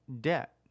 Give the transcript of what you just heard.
debt